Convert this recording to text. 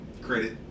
Credit